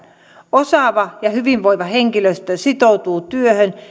osaava ja hyvinvoiva henkilöstö sitoutuu työhön